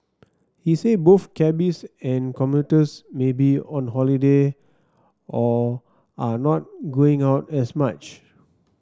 he said both cabbies and commuters may be on holiday or are not going out as much